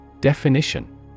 Definition